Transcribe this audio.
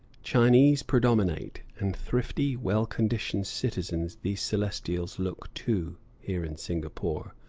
chinese predominate, and thrifty, well-conditioned citizens these celestials look, too, here in singapore.